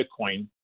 Bitcoin